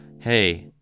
Hey